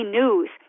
news